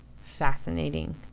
fascinating